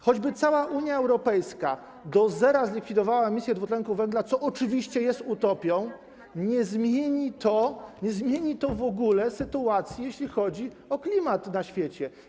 Choćby cała Unia Europejska do zera zlikwidowała emisję dwutlenku węgla, co oczywiście jest utopią, nie zmieni to w ogóle sytuacji, jeśli chodzi o klimat na świecie.